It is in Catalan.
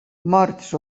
morts